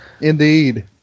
Indeed